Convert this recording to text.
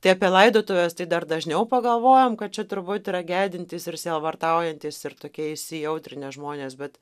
tai apie laidotuves tai dar dažniau pagalvojam kad čia turbūt yra gedintys ir sielvartaujantys ir tokie įsijautrinę žmonės bet